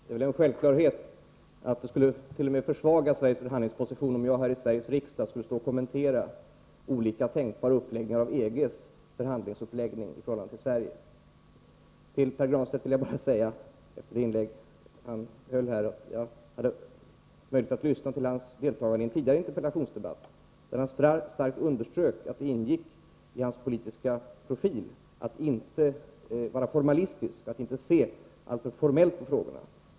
Herr talman! Det är väl en självklarhet att det skulle t.o.m. försvaga Sveriges förhandlingsposition om jag här i Sveriges riksdag kommenterade olika tänkbara uppläggningar av EG:s förhandlingsuppläggning i förhållande till Sverige. Till Pär Granstedt vill jag bara säga — efter det inlägg som han gjorde nyss: Jag hade möjlighet att lyssna till Pär Granstedts inlägg i den tidigare interpellationsdebatten, där han starkt underströk att det ingick i hans politiska profil att inte vara formalistisk, att inte se alltför formellt på frågorna.